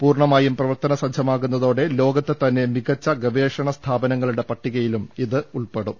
പൂർണ്ണമായും പ്രവർത്തനസജ്ജമാകുന്നതോടെ ലോകത്തെതന്നെ മികച്ച ഗവേഷണ സ്ഥാപനങ്ങളുടെ പട്ടികയിലും ഇത് ഉൾപ്പെടും